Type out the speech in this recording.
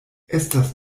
estas